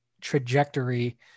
trajectory